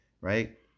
right